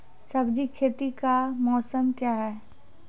सब्जी खेती का मौसम क्या हैं?